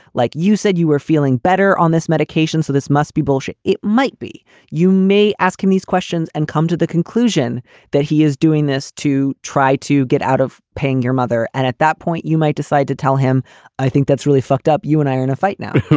like you said, you were feeling better on this medication. so this must be bullshit. it might be you may ask him these questions and come to the conclusion that he is doing this to try to get out of paying your mother. and at that point, you might decide to tell him i think that's really fucked up. you and i are in a fight now.